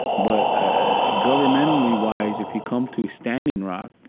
but ah governmentally-wise if you come to standing rock,